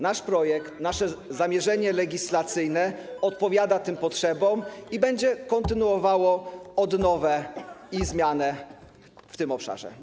Nasz projekt, nasze zamierzenie legislacyjne, odpowiada tym potrzebom i będzie kontynuował odnowę i zmianę w tym obszarze.